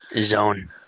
Zone